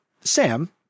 Sam